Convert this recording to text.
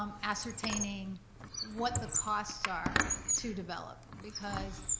um ascertaining what the costs are to develop. because,